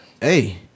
Hey